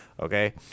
Okay